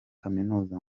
kaminuza